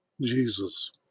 Jesus